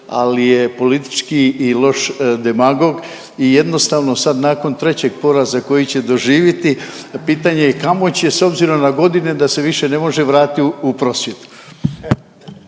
ali je politički i loš demagog i jednostavno sad nakon trećeg poraza koji će doživiti pitanje je kamo će s obzirom na godine da se više ne može vratiti u prosvjetu.